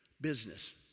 business